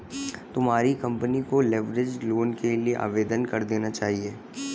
तुम्हारी कंपनी को leveraged loan के लिए आवेदन कर देना चाहिए